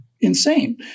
insane